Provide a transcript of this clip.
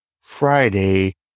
Friday